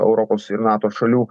europos ir nato šalių